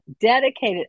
dedicated